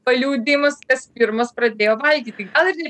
paliudijimas kas pirmas pradėjo valgyti gal ir